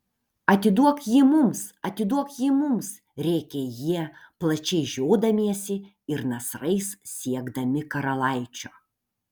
atiduok jį mums atiduok jį mums rėkė jie plačiai žiodamiesi ir nasrais siekdami karalaičio